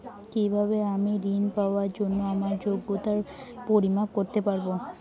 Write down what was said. কিভাবে আমি ঋন পাওয়ার জন্য আমার যোগ্যতার পরিমাপ করতে পারব?